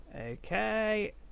Okay